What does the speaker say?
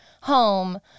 home